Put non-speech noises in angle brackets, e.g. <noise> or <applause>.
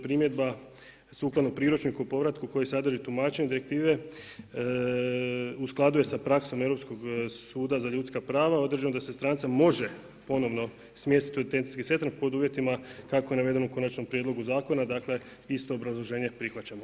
Primjedba sukladno priručniku o povratku koji sadrži tumačenje direktive u skladu je sa praksom Europskog suda za ljudska prava, određeno je da se strance može ponovno smjestiti u … <unintelligible> pod uvjetima kako je navedeno u konačnom prijedlogu zakona, dakle isto obrazloženje prihvaćamo.